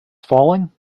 falling